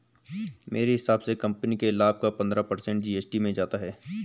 मेरे हिसाब से कंपनी के लाभ का पंद्रह पर्सेंट जी.एस.टी में जाता है